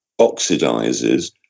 oxidizes